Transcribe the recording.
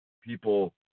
people